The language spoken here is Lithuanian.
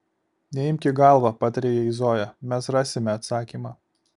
neimk į galvą patarė jai zoja mes rasime atsakymą